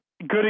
good